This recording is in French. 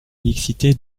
mixité